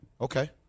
Okay